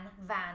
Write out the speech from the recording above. van